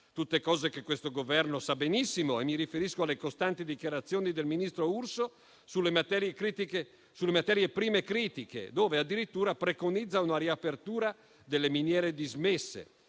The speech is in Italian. tutte cose che questo Governo sa benissimo. Mi riferisco alle costanti dichiarazioni del ministro Urso sulle materie prime critiche, dove addirittura preconizza una riapertura delle miniere dismesse;